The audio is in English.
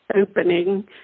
opening